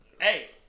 Hey